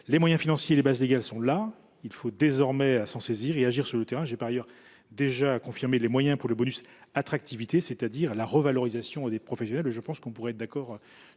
Les moyens financiers et les bases légales existent donc. Il faut désormais s’en saisir et agir sur le terrain. J’ai par ailleurs déjà confirmé l’affectation de moyens pour financer le « bonus attractivité », c’est à dire la revalorisation des professionnels. Je pense que nous pourrions être d’accord